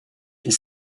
ils